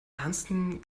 ernsten